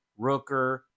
rooker